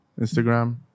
Instagram